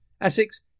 Essex